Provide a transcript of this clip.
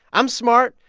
i'm smart.